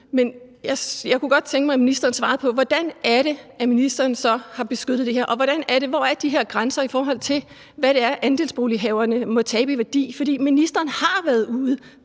men jeg kunne godt tænke mig, at ministeren svarede på: Hvordan er det så, ministeren har beskyttet dem? Og hvor er de her grænser for, hvad andelsbolighaverne må tabe i værdi? For ministeren har været ude